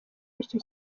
icyo